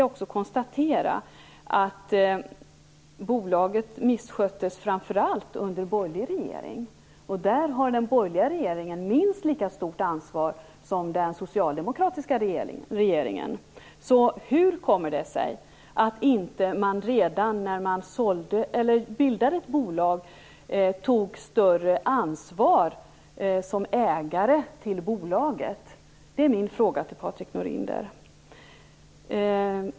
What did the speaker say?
Jag konstaterar att bolaget framför allt missköttes under den borgerliga regeringen, som har minst lika stort ansvar som den socialdemokratiska regeringen. Så hur kommer det sig att man inte redan vid bolagsbildningen tog ett större ansvar som ägare till bolaget? Det är min fråga till Patrik Norinder.